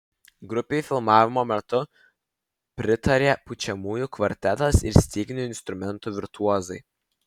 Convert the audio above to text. grupei filmavimo metu pritarė pučiamųjų kvartetas ir styginių instrumentų virtuozai